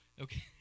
Okay